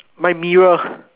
my mirror